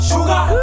Sugar